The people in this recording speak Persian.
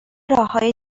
راههای